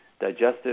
digestive